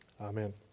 amen